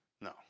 No